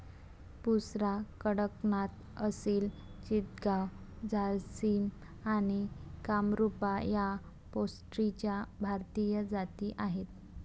बुसरा, कडकनाथ, असिल चितगाव, झारसिम आणि कामरूपा या पोल्ट्रीच्या भारतीय जाती आहेत